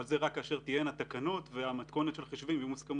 אבל זה רק כאשר תהיינה תקנות והמתכונת של החישובים תהיה מוסכמת.